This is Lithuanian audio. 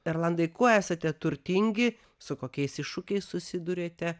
erlandai kuo esate turtingi su kokiais iššūkiais susiduriate